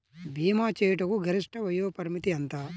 భీమా చేయుటకు గరిష్ట వయోపరిమితి ఎంత?